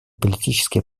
политические